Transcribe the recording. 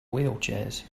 wheelchairs